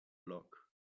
lock